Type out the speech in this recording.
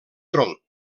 tronc